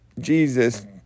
Jesus